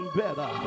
better